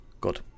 Good